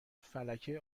فلکه